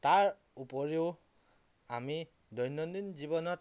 তাৰ উপৰিও আমি দৈনন্দিন জীৱনত